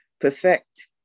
perfect